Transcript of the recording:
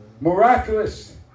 miraculous